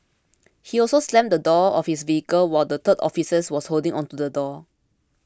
he also slammed the door of his vehicle while the third officer was holding onto the door